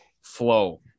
flow